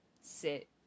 sit